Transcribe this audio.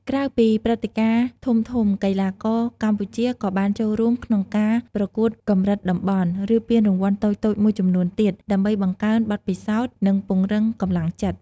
ក្រៅពីព្រឹត្តិការណ៍ធំៗ កីឡាករកម្ពុជាក៏បានចូលរួមក្នុងការប្រកួតកម្រិតតំបន់ ឬពានរង្វាន់តូចៗមួយចំនួនទៀត ដើម្បីបង្កើនបទពិសោធន៍ និងពង្រឹងកម្លាំងចិត្ត។